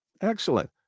excellent